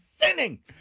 sinning